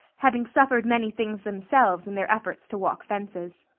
having suffered many things themselves in their efforts to walk fences.